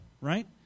right